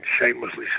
shamelessly